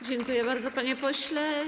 Dziękuję bardzo, panie pośle.